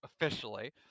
officially